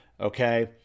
okay